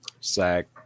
Sack